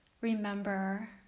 remember